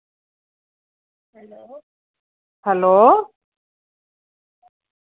hello